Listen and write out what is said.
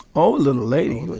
oh, little lady?